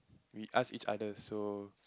we ask each other so